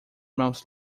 months